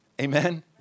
amen